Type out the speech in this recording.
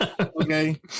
Okay